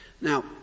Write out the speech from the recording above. Now